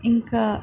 ఇంకా